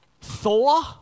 Thor